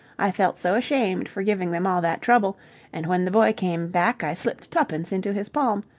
i felt so ashamed for giving them all that trouble and when the boy came back i slipped twopence into his palm,